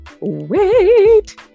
wait